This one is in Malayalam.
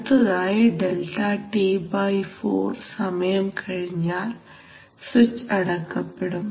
അടുത്ത ഡെൽറ്റ ടി ബൈ ഫോർ സമയം കഴിഞ്ഞാൽ സ്വിച്ച് അടക്കപ്പെടും